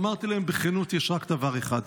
ואמרתי להם, בכנות, יש רק דבר אחד: